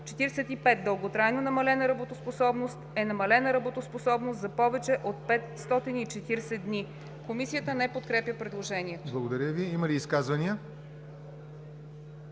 45. Дълготрайна намалена работоспособност е намалена работоспособност за повече от 540 дни;“ Комисията не подкрепя предложението. ПРЕДСЕДАТЕЛ ЯВОР НОТЕВ: Има ли изказвания?